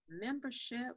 membership